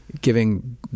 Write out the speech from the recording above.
giving